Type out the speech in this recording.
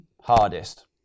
hardest